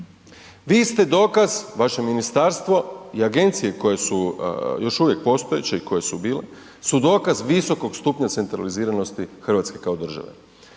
vi ste dokaz, vaše ministarstvo i agencije koje su još uvijek postojeće i koje su bile, su dokaz visokog stupnja centraliziranosti RH kao države.